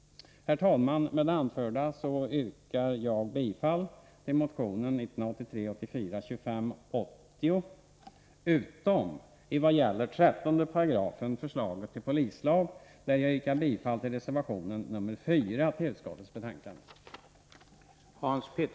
Herr talman! Med det anförda yrkar jag bifall till motion 1983/84:2580, utom i vad gäller 13 § förslaget till polislag, där jag yrkar bifall till reservation 4 till utskottsbetänkandet.